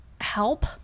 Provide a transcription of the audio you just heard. help